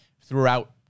throughout